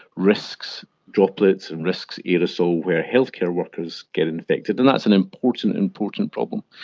risks droplets and risks aerosol where healthcare workers get infected, and that's an important important problem.